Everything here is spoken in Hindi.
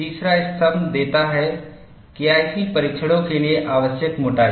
तीसरा स्तंभ देता है केआईसी परीक्षणों के लिए आवश्यक मोटाई